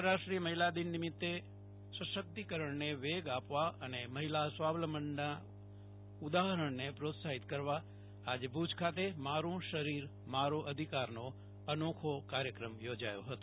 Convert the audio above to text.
આંતરાષ્ટ્રીય મહિલા દિન નિમિતે શસક્તિકરણને વેગ આપવા અને મહિલા સ્વાલંબનના ઉદાહરણને પ્રોત્સાહિત કરવા આજે ભુજ ખાતે મારૂ શરીર મારો અધિકારનો અનોખો કાર્યક્રમ યોજાયો હતો